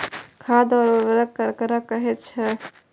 खाद और उर्वरक ककरा कहे छः?